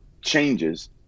changes